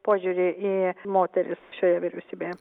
požiūrį į moteris šioje vyriausybėje